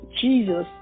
Jesus